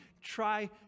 try